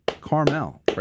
carmel